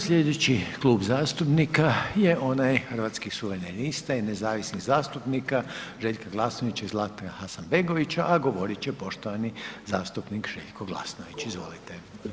Slijedeći Klub zastupnika je onaj Hrvatskih suverenista i nezavisnih zastupnika Željka Glasnovića i Zlatka Hasanbegovića, a govorit će poštovani zastupnik Željko Glasnović, izvolite.